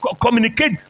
communicate